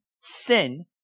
sin